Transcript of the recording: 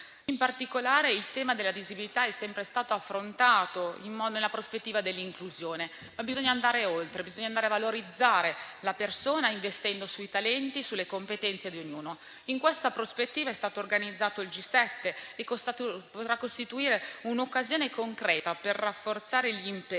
In particolare, il tema della disabilità è sempre stato affrontato nella prospettiva dell'inclusione, ma bisogna andare oltre e valorizzare la persona investendo sui talenti e sulle competenze di ognuno. In questa prospettiva è stato organizzato il G7 che potrà costituire un'occasione concreta per rafforzare gli impegni